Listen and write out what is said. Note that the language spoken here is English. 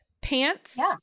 pants